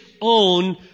own